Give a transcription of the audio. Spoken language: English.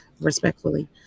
respectfully